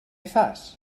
fas